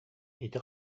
ити